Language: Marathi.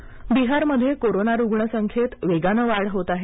देश कोरोना बिहारमध्ये कोरोना रुण्ण संख्येत वेगानं वाढ होत आहे